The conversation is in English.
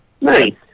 Nice